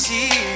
See